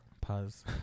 Pause